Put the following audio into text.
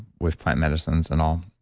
with plant medicines and all.